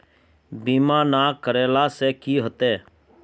बीमा ना करेला से की होते?